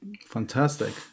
Fantastic